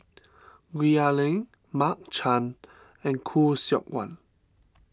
Gwee Ah Leng Mark Chan and Khoo Seok Wan